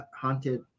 haunted